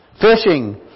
Fishing